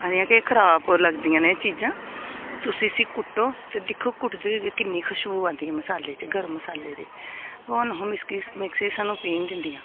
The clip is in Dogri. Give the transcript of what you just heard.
आखदियां के खराब होए लगदियां न एह् चीजां तुस इसी कुट्टो ते दिक्खो कुट्टदे होए गै किन्नी खुशबू आंदी ऐ मसाले च गर्म मसाले दी मिस्की मिक्सी सानूं पीह्न दिंदियां